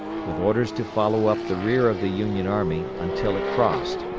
with orders to follow up the rear of the union army until it crossed,